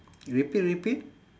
you repeat repeat